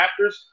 Raptors